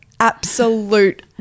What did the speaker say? absolute